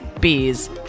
bees